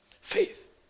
faith